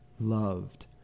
loved